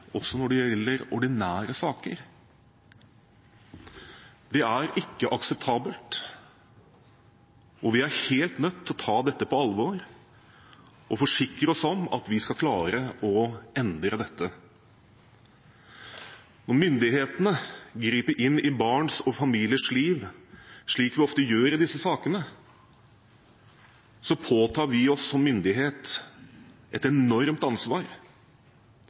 også når det gjelder ordinære saker. Det er ikke akseptabelt, og vi er helt nødt å ta dette på alvor og forsikre oss om at vi skal klare å endre dette. Når myndighetene griper inn i barns og familiers liv, slik vi ofte gjør i disse sakene, påtar vi som myndighet oss et enormt ansvar